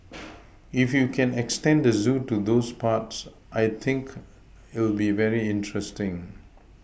if you can extend the zoo to those parts I think it'll be very interesting